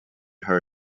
her